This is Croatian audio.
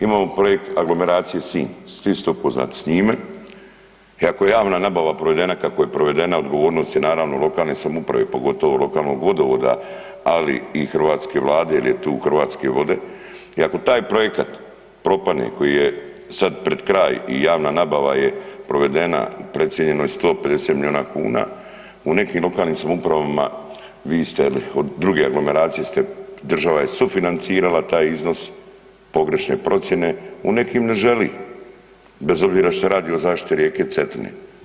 Imamo projekt aglomeracije Sinj, svi ste upoznati s njime i ako je javna nabava provedena kako je provedena odgovornost je naravno lokalne samouprave, pogotovo lokalnog vodovoda, ali i hrvatske Vlade jel je tu Hrvatske vode i ako taj projekat propane koji je sad pred kraj i javna nabava je provedena, procijenjeno je 150 milijuna kuna u nekim lokalnim samoupravama vi ste od druge aglomeracije ste država je sufinancirala taj iznos pogrešne procjene u nekim ne želi bez obzira što se radi o zaštiti rijeke Cetine.